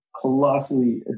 colossally